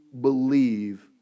believe